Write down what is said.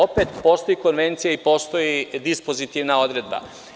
Opet, postoji konvencija i postoji dispozitivna odredba.